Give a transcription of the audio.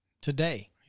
today